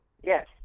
Yes